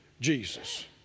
Jesus